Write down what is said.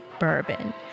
bourbon